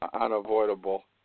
Unavoidable